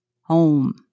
home